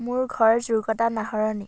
মোৰ ঘৰ জোৰকটা নাহৰণি